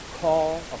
call